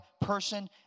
person